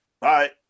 Bye